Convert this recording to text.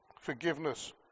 Forgiveness